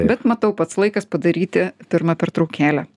bet matau pats laikas padaryti pirmą pertraukėlę